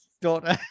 daughter